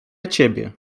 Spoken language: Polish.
ciebie